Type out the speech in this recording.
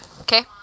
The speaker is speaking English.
Okay